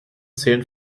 zählen